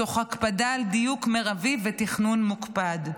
תוך הקפדה על דיוק מרבי ותכנון מוקפד,